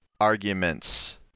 arguments